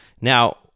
Now